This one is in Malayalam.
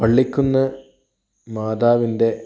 പള്ളിക്കുന്ന് മാതാവിന്റെ